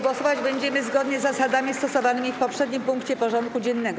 Głosować będziemy zgodnie z zasadami stosowanymi w poprzednim punkcie porządku dziennego.